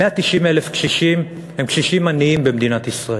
190,000 קשישים, הם קשישים עניים במדינת ישראל.